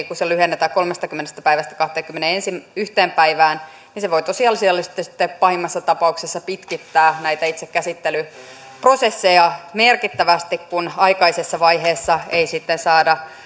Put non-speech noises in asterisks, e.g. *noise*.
*unintelligible* kun se lyhennetään kolmestakymmenestä päivästä kahteenkymmeneenyhteen päivään voi tosiasiallisesti pahimmassa tapauksessa pitkittää näitä itse käsittelyprosesseja merkittävästi kun aikaisessa vaiheessa ei sitten saada